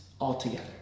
altogether